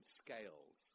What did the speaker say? scales